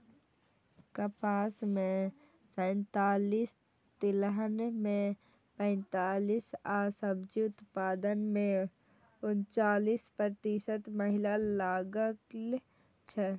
कपास मे सैंतालिस, तिलहन मे पैंतालिस आ सब्जी उत्पादन मे उनचालिस प्रतिशत महिला लागल छै